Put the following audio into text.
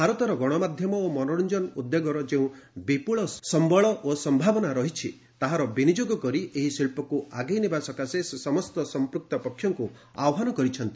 ଭାରତର ଗଣମାଧ୍ୟମ ଓ ମନୋରଞ୍ଜ ଉଦ୍ୟୋଗର ଯେଉଁ ବିପୁଳ ସମ୍ବଳ ଓ ସମ୍ଭାବନା ରହିଛି ତାହାର ବିନିଯୋଗ କରି ଏହି ଶିଳ୍ପକ୍ ଆଗେଇ ନେବା ସକାଶେ ସେ ସମସ୍ତ ସମ୍ପୃକ୍ତ ପକ୍ଷଙ୍କୁ ଆହ୍ୱାନ କରିଛନ୍ତି